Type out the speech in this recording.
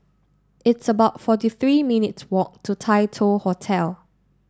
it's about forty three minutes' walk to Tai Hoe Hotel